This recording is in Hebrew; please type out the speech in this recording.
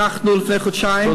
אנחנו לפני חודשיים,